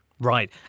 Right